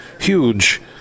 HUGE